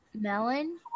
melon